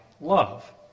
love